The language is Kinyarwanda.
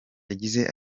yagize